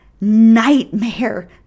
nightmare